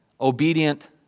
obedient